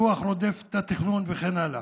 הפיקוח רודף את התכנון וכן הלאה.